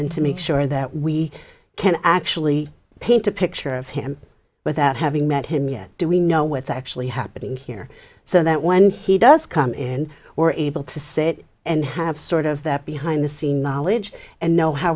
and to make sure that we can actually paint a picture of him without having met him yet do we know what's actually happening here so that when he does come in we're able to sit and have sort of that behind the scene knowledge and know how